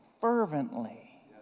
fervently